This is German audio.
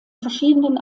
verschiedenen